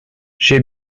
j’ai